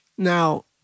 Now